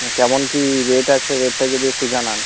কেমন কি রেট আছে রেটটা যদি একটু জানান